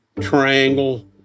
triangle